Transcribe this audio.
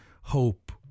hope